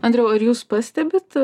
andriau ar jūs pastebite